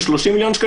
ב-30 מיליון,